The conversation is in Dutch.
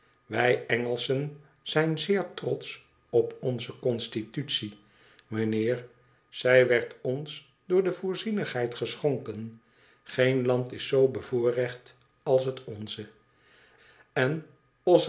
wij engelschen zijn zeer trotsch op onze constitutie mijnheer zij werd ons door de voorzienigheid geschonken geen land is zoo bevoorrecht als het onze en